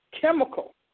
chemical